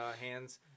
hands